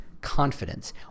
confidence